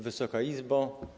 Wysoka Izbo!